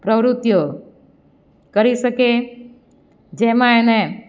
પ્રવૃતિઓ કરી શકે જેમાં એને